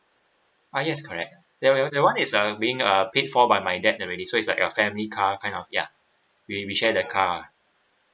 uh yes correct there that [one] is uh being uh paid for by my dad already so it's like a family car kind of ya we we shared the car